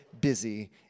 busy